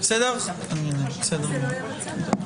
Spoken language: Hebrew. אני מציעה שבאותה מסגרת כן